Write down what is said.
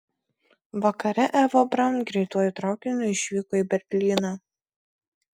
vakare eva braun greituoju traukiniu išvyko į berlyną